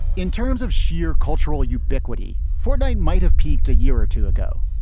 in terms of sheer cultural ubiquity for night might have peaked a year or two ago,